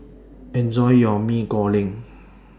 Enjoy your Mee Goreng